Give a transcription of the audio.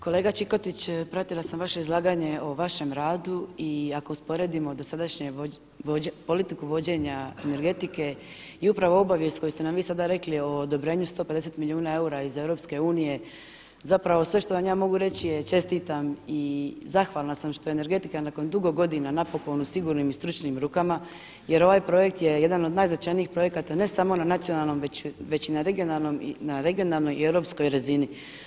Kolega Čikotić pratila sam vaše izlaganje o vašem radu i ako usporedimo politiku vođenja energetike i upravo obavijest koju ste nam vi sada rekli o odobrenju 150 milijuna eura iz EU zapravo sve što vam ja mogu reći je čestitam i zahvalna sam što je energetika nakon dugo godina napokon u sigurnim i stručnim rukama jer ovaj projekt je jedan od najznačajnijih projekata ne samo na nacionalnom već i na regionalnoj i europskoj razini.